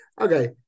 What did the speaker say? Okay